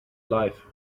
life